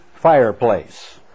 Fireplace